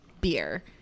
beer